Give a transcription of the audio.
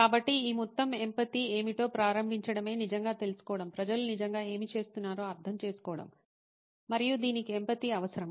కాబట్టి ఈ మొత్తం ఎంపతి ఏమిటో ప్రారంభించడమే నిజంగా తెలుసుకోవడం ప్రజలు నిజంగా ఏమి చేస్తున్నారో అర్థం చేసుకోవడం మరియు దీనికి ఎంపతి అవసరం